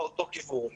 להמשך